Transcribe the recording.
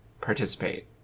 participate